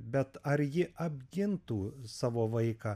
bet ar ji apgintų savo vaiką